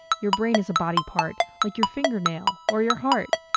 your brain is a body part, like your fingernail or your heart.